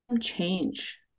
change